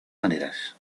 maneras